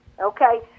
Okay